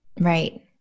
Right